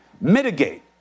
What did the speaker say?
mitigate